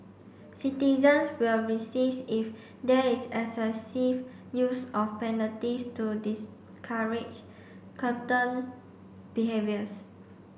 citizens will resist if there is excessive use of penalties to discourage curtain behaviours